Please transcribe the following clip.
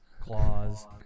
claws